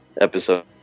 episode